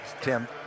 Tim